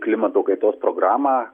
klimato kaitos programą